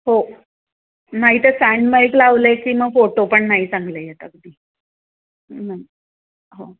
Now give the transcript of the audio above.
हो नाही ते स्टॅन्ड माईक लावले की मग फोटो पण नाही चांगले येत अगदी नाही हो